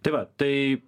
tai va tai